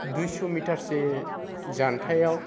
दुइस' मिटारसो जानथाइयाव